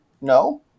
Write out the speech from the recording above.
no